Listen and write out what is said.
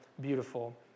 beautiful